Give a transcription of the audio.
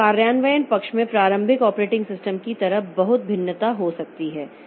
कार्यान्वयन पक्ष में प्रारंभिक ऑपरेटिंग सिस्टम की तरह बहुत भिन्नता हो सकती है